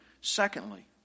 Secondly